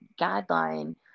guideline